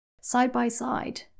side-by-side